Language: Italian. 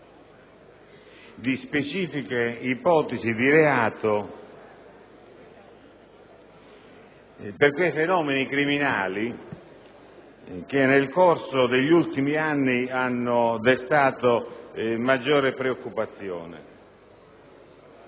di specifiche ipotesi di reato per quei fenomeni criminali che, nel corso degli ultimi anni, hanno destato maggior preoccupazione.